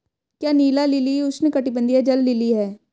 क्या नीला लिली उष्णकटिबंधीय जल लिली है?